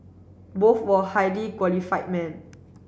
both were highly qualified men